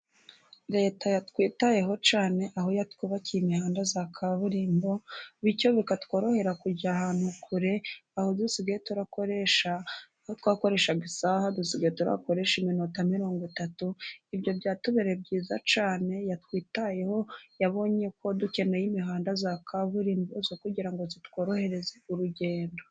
Leta yatwitayeho cyane, aho yatwubakiye imihanda ya kaburimbo, bityo bikatworohera kujya ahantu kure, aho twakoreshaga isaha dusigaye dukoreshe iminota mirongo itatu, ibyo byatubereye byiza cyane, yatwitayeho yabonye ko dukeneye imihanda ya kaburimbo yo kugirango itworohereze urugendo.